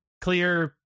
clear